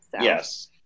Yes